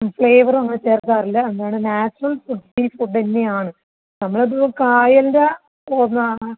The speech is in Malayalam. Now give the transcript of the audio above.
ഫ്ലേവർ ഒന്നും ചേർക്കാറില്ല എന്താണ് നാച്ചുറൽ ഫുഡ് ഫുഡെന്നെ ആണ് നമ്മൾ അത് കായലിൻ്റെ പോന്ന ആ